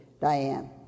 Diane